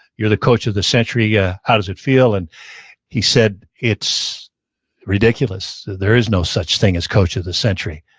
you're the coach of the century. yeah how does it feel? and he said it's ridiculous. there is no such thing as coach of the century.